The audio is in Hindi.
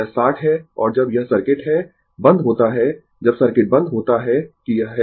यह 60 है और जब यह सर्किट है बंद होता है जब सर्किट बंद होता है कि यह है